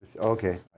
Okay